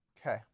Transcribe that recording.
Okay